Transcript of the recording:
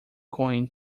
going